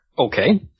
Okay